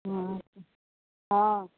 अच्छा हँ